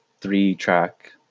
three-track